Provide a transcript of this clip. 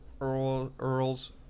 Earl's